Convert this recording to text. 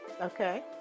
okay